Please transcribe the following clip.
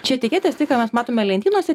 čia etiketės tai ką mes matome lentynose